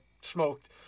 smoked